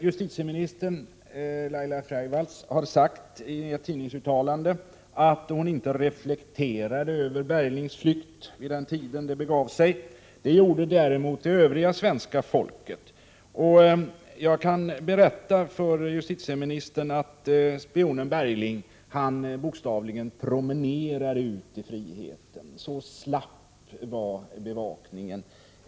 Justitieminister Laila Freivalds har sagt i ett tidningsuttalande att hon inte reflekterade över Berglings flykt då det Prot. 1988/89:9 begav sig. Det gjorde däremot resten av svenska folket. Jag kan berätta för 13 oktober 1988 justitieministern att spionen Bergling bokstavligen promenerade ut i friheten. Så slapp var bevakningen.